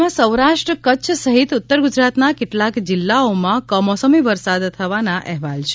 રાજ્યમાં સૌરાષ્ટ્ર કચ્છ સહિત ઉત્તર ગુજરાતના કેટલાંક જિલ્લાઓમાં કમોસમી વરસાદ થવાના અહેવાલ છે